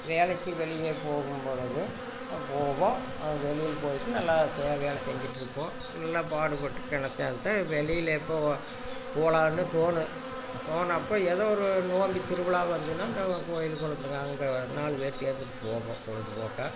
வேலைக்கு வெளியே போகும்பொழுது போவோம் வெளியில் போய்விட்டு நல்லா வேலை செஞ்சிட்டுருப்போம் நல்லா பாடுபட்டு தான் வெளியில் போக போகலானு தோணும் தோணப்போ ஏதோ ஒரு நோம்பு திருவிழா வந்ததுனா அந்த கோவில் குளத்துக்கு அங்கே நாலு பேர் சேர்ந்துட்டு போவோம் பொழுதுபோக்க